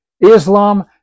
islam